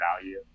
value